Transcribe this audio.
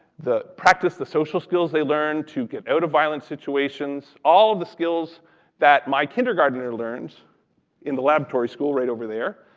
practice the social skills they learn to get out of violent situations. all of the skills that my kindergartener learns in the laboratory school right over there,